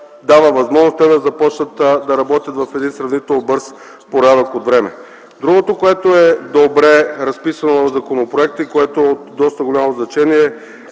дава възможност те да започнат да работят в един сравнително бърз порядък от време. Другото, което е добре разписано в законопроекта и което е от доста голямо значение